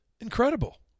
Incredible